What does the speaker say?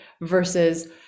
versus